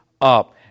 up